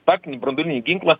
taktinį branduolinį ginklą